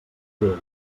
lleure